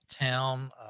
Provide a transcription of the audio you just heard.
town